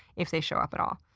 if they show up at all.